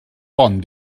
pont